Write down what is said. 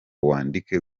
wandike